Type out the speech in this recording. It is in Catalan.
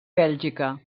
bèlgica